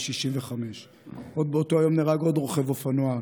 65. באותו היום נהרג עוד רוכב אופנוע,